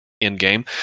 in-game